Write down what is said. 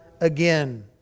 again